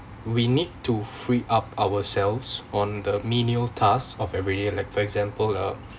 we need to free up ourselves on the menial task of everyday like for example uh